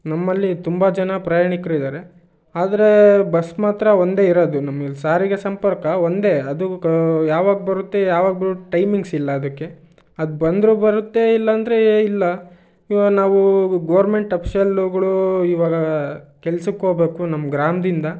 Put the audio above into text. ನಮ್ಮಲ್ಲಿ ತುಂಬ ಜನ ಪ್ರಯಾಣಿಕರಿದಾರೆ ಆದರೆ ಬಸ್ ಮಾತ್ರ ಒಂದೇ ಇರೋದು ನಮಗೆ ಸಾರಿಗೆ ಸಂಪರ್ಕ ಒಂದೇ ಅದು ಕ ಯಾವಾಗ ಬರುತ್ತೆ ಯಾವಾಗ ಟೈಮಿಂಗ್ಸ್ ಇಲ್ಲ ಅದಕ್ಕೆ ಅದು ಬಂದರೂ ಬರುತ್ತೆ ಇಲ್ಲಾಂದರೆ ಇಲ್ಲ ಇವಾಗ ನಾವು ಗೋರ್ಮೆಂಟ್ ಅಫ್ಶಿಯಲ್ಗಳು ಇವಾಗ ಕೆಲ್ಸಕ್ಕೆ ಹೋಗ್ಬೇಕು ನಮ್ಮ ಗ್ರಾಮದಿಂದ